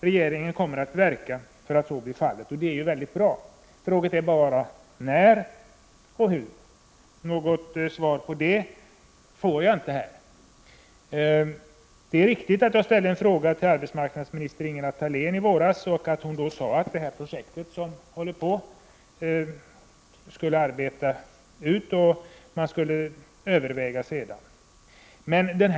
Regeringen kommer att verka för att så blir fallet.” Det är mycket bra. Frågan är bara: När, och hur? Några svar på dessa frågor får jag inte i dag. Det är riktigt att jag ställde en fråga till arbetsmarknadsminister Ingela Thalén i våras och att hon då svarade att det pågående projektet skulle avslutas och att överväganden därefter skulle göras.